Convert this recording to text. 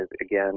again